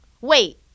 Wait